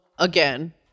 Again